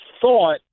thought